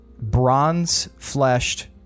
bronze-fleshed